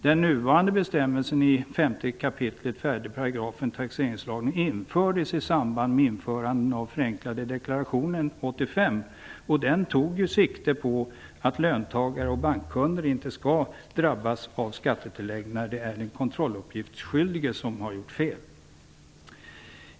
Den nuvarande bestämmelsen i 5 kap. 4 § taxeringslagen infördes i samband med genomförandet av den förenklade deklarationen 1985, och den tog sikte på att löntagare och bankkunder inte skall drabbas av skattetillägg när det är den kontrolluppgiftsskyldige som har gjort fel.